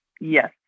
yes